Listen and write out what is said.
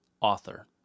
Author